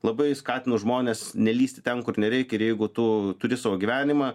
labai skatinu žmones nelįsti ten kur nereikia ir jeigu tu turi savo gyvenimą